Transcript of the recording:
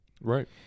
Right